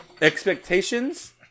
Expectations